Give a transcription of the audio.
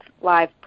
live